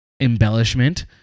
embellishment